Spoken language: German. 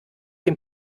dem